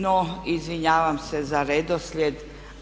No izvinjavam se za redoslijed.